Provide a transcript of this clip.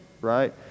Right